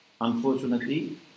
unfortunately